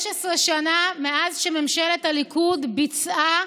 15 שנה מאז שממשלת הליכוד ביצעה